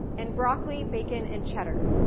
and broccoli, bacon, and cheddar.